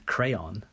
Crayon